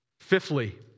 Fifthly